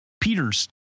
Peter's